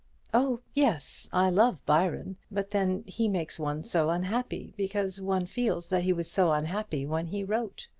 oh yes, i love byron. but then he makes one so unhappy, because one feels that he was so unhappy when he wrote.